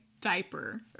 diaper